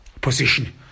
position